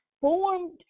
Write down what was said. formed